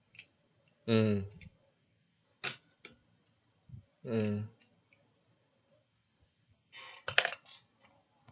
mm mm